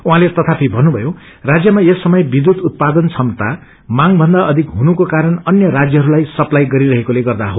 उझँले तथापि भन्नुभयो राज्यमा यस समय विध्यूत उत्पारन क्षमता माग भन्दा अपिक हुनुको कारण अन्य राष्यहस्ताई सप्ताई गरिरहेकोले गर्दा हो